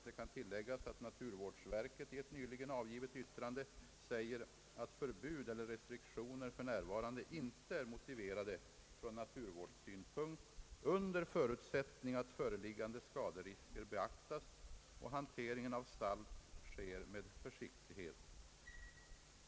Det kan tilläggas att naturvårdsverket i ett nyligen avgivet yttrande säger att förbud eller restriktioner för närvarande inte är motiverade från naturvårdssynpunkt under förutsättning att föreliggande skaderisker beaktas och hanteringen av salt sker med försiktighet.